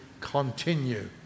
continue